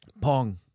Pong